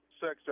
sex